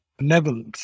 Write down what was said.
levels